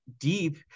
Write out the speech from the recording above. deep